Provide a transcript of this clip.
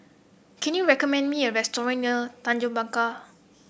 can you recommend me a restaurant near Tanjong Penjuru